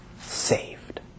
Saved